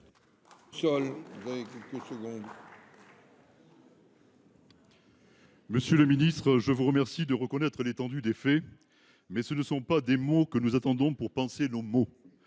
Monsieur le ministre, je vous remercie de reconnaître l’étendue des dégâts, mais ce ne sont pas des mots que nous attendons pour panser nos maux.